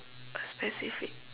a specific